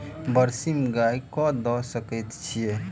बरसीम गाय कऽ दऽ सकय छीयै?